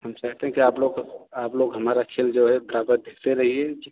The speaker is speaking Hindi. हम चाहते हैं कि आप लोग आप लोग हमारा खेल जो है ज़्यादा देखते रहिए